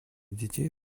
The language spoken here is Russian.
детей